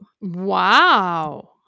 Wow